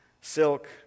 silk